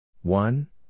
One